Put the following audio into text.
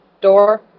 door